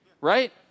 right